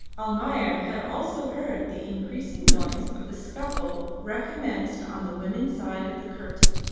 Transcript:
almayer had also heard the increasing noise of the scuffle recommenced on the women's side of the curtain.